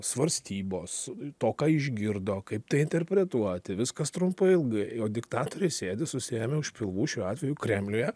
svarstybos to ką išgirdo kaip tai interpretuoti viskas trumpa ilgai o diktatoriai sėdi susiėmę už pilvų šiuo atveju kremliuje